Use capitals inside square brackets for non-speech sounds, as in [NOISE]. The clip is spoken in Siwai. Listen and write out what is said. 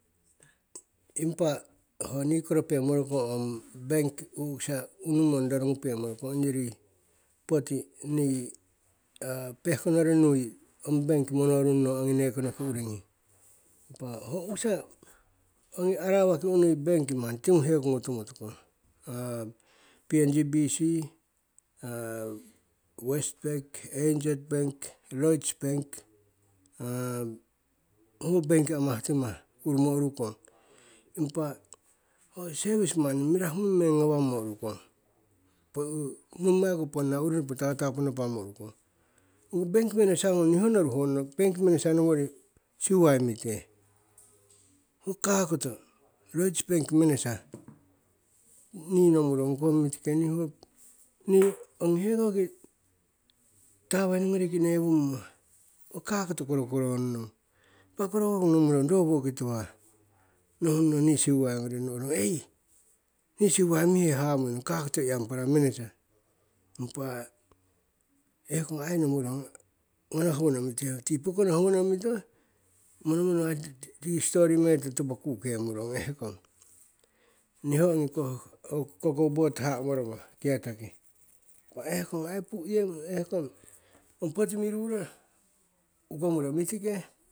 impa ho nii koropemorokong ong bank u'kisa numong rorongupe morokong ongyori poti nii pehkonori nui ong bank monorung nong ongi nekonoki uringi. Impa ho u'kisa ongi arawaki unui bank manni tinguhekongu tumotukong, [HESITATION] pngbc, westpac, anz bank, lloyds bank, [HESITATION] ho bank amahtimah urumo urukong. impa ho service manni mirahu ngung meng ngawangmo urukong, [UNINTELLIGIBLE] nommaiko ponna urinopo tatapu napamo urukong. Ong bank manager ngung, niho noru honno bank manager nowori siuwai mitee, ho kakoto, lloyds bank manager, [NOISE] ni nomurong kong mitike, nii ongi hekoki tavern ngoriki newummo ong kakoto korokorong nong impa korokorogu nomurong rowoki tuhah, nohung nong ni siuwai ngoring, no'rong ei ni siuwai mihe hamuinong. Kakoto yangpara manager impa e'kong ai nomurong ngono howono mitihe, ti pokono howono mito, [UNINTELLIGIBLE] tiki stori meto topo kukemurong ehkong, niho ongikoh cocoa board haha'moromo kieta ki. Impa ai pu'yemuro e'kong ong poti miruro ukomuro mitike.